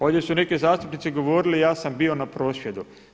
Ovdje su neki zastupnici govorili ja sam bio na prosvjedu.